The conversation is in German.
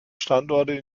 standorten